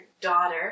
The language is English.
daughter